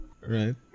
Right